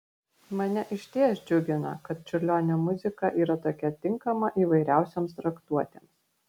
mane išties džiugina kad čiurlionio muzika yra tokia tinkama įvairiausioms traktuotėms